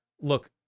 look